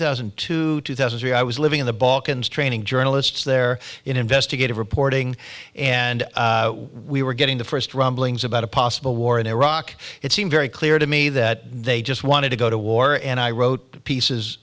thousand and two two thousand three i was living in the balkans training journalists there in investigative reporting and we were getting the first rumblings about a possible war in iraq it seemed very clear to me that they just wanted to go to war and i wrote pieces